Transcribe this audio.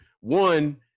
one